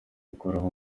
gukuraho